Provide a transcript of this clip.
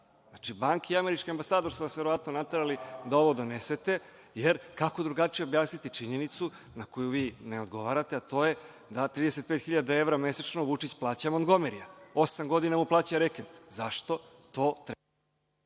Banke i američki ambasador su vas verovatno naterali da ovo donesete, jer kako drugačije objasniti činjenicu, na koju vi ne odgovarate, a to je da 35.000 evra Vučić mesečno plaća Montgomerija, osam godina mu plaća reket. Zašto?